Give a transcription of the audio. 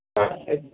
ಹಾಂ ಸರಿ ಸರ್